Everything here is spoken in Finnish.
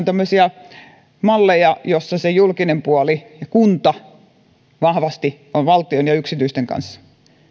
tämmöisiä malleja joissa se julkinen puoli ja kunta ovat vahvasti valtion ja yksityisten kanssa